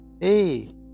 Hey